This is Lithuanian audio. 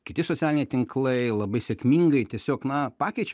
kiti socialiniai tinklai labai sėkmingai tiesiog na pakeičia